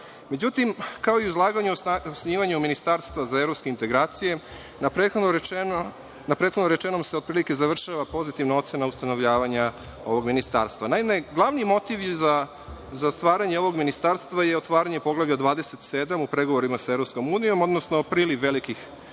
odmah.Međutim, kao i u izlaganju o osnivanju ministarstva za evropske integracije, na prethodno rečenom se otprilike završava pozitivna ocena ustanovljavanja ovog ministarstva. Naime, glavni motiv za stvaranje ovog ministarstva je otvaranje poglavlja 27, u pregovorima sa EU, odnosno priliv velikih